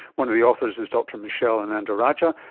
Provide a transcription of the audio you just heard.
one of the authors is dr michelle ananda-rajah,